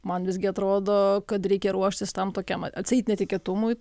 man visgi atrodo kad reikia ruoštis tam tokiam atseit netikėtumui